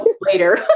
later